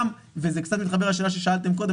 וזה קצת מתחבר לשאלה ששאלתם מקודם,